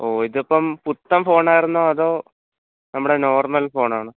ഓ ഇതിപ്പം പുത്തൻ ഫോൺ ആയിരുന്നോ അതോ നമ്മുടെ നോർമൽ ഫോൺ ആണോ